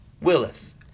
willeth